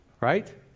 Right